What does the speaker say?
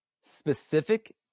specific